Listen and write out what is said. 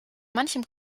manchem